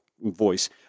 voice